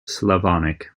slavonic